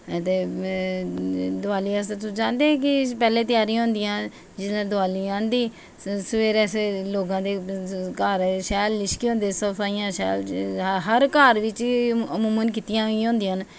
अदे दवाली अस तोह् जानदे की पैह्लै ई त्यारियां होंदियां न जिसलै दवाली आंदी सवेरै सवेरै लोक आंदे शैल लिशके दे होंदे सफाइयां शैल हर घर बिच अमूमन कीती दियां होंदियां न